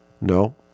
no